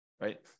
right